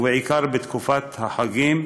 ובעיקר בתקופת החגים,